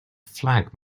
flag